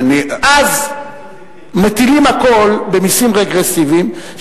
אז מטילים הכול במסים רגרסיביים,